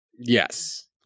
Yes